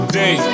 day